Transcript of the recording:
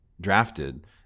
drafted